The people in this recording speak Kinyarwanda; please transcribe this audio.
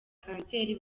kanseri